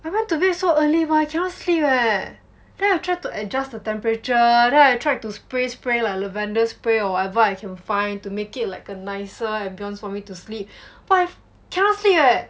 I went to bed so early but I cannot sleep leh then I try to adjust the temperature then I tried to spray spray like lavender spray or whatever I can find to make it like a nicer ambience for me to sleep but I cannot sleep eh